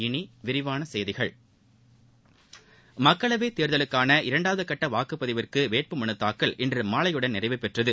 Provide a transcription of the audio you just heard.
இனி விரிவான செய்திகள் மக்களவைத் தேர்தலுக்கான இரண்டாவது கட்ட வாக்குப்பதிவுக்கு வேட்புமனு தாக்கல் இன்று மாலையுடன் நிறைவுபெற்றது